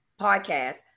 podcast